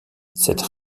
cette